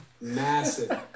massive